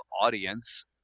audience